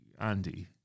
Andy